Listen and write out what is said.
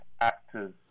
actors